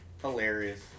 Hilarious